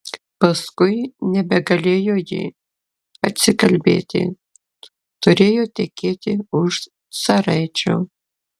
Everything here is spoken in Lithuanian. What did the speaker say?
paskui nebegalėjo ji atsikalbėti turėjo tekėti už caraičio